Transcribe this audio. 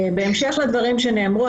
בהמשך לדברים שנאמרו,